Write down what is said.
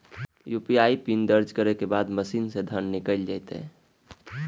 UPI PIN दर्ज करै के बाद मशीन सं धन निकैल जायत